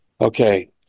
Okay